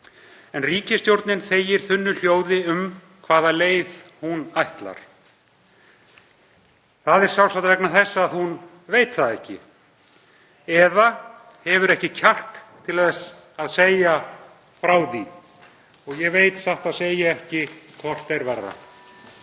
En ríkisstjórnin þegir þunnu hljóði um hvaða leið hún ætlar. Það er sjálfsagt vegna þess að hún veit það ekki eða hefur ekki kjark til þess að segja frá því. Ég veit satt að segja ekki hvort er verra.